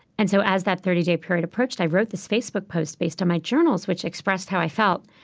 and so as that thirty day period approached, i wrote this facebook post based on my journals, which expressed how i felt,